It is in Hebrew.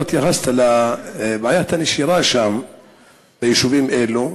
לא התייחסת לבעיית הנשירה ביישובים אלו,